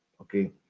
Okay